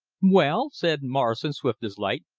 well, said morrison swift as light,